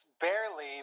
Barely